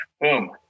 boom